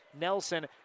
Nelson